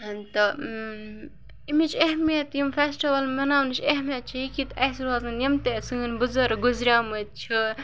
تہٕ أمِچ اہمیت یِم فیسٹٕوَل مَناونٕچ اہمیت چھَ یہِ کہِ اَسہِ روزان یِم تہِ سٲنۍ بُزَرٕگ گُزریٛمٕتۍ چھِ